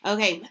Okay